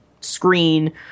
screen